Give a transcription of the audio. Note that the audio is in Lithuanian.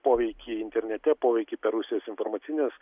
poveikį internete poveikį per rusijos informacines